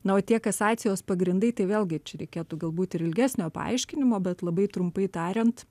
na o tie kasacijos pagrindai tai vėlgi čia reikėtų galbūt ilgesnio paaiškinimo bet labai trumpai tariant